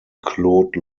claude